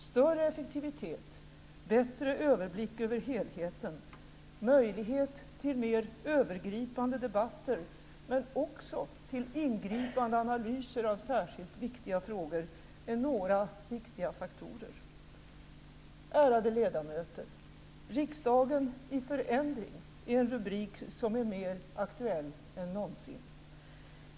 Större effektivitet, bättre överblick över helheten, möjlighet till mer övergripande debatter men också till ingripande analyser av särskilt viktiga frågor är några viktiga faktorer. Ärade ledamöter! Riksdagen i förändring är en rubrik som är mer aktuell än någonsin.